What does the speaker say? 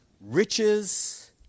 riches